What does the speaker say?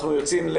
הישיבה